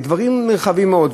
דברים נרחבים מאוד.